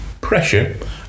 pressure